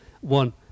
one